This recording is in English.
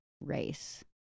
race